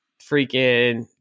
freaking